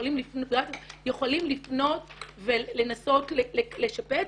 יכולים לפנות ולנסות לשפץ.